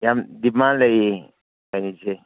ꯌꯥꯝ ꯗꯤꯃꯥꯟ ꯂꯩꯌꯦ ꯈꯩꯅꯤꯁꯦ